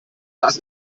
das